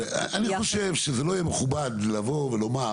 ואני חושב שזה לא יהיה מכובד לבוא ולומר